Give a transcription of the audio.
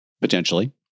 Potentially